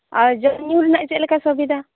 ᱟᱨ ᱡᱚᱢ ᱧᱩ ᱨᱮᱱᱟᱜ ᱪᱮᱫᱞᱮᱠᱟ ᱥᱩᱵᱤᱫᱷᱟ